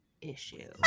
issue